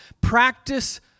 Practice